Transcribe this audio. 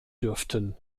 dürften